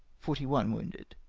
forty one wounded.